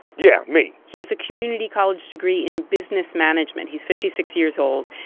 yeah, me he has a community college degree in business management. he's fifty six years old.